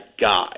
guy